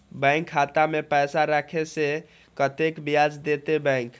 Bank खाता में पैसा राखे से कतेक ब्याज देते बैंक?